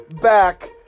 back